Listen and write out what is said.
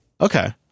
Okay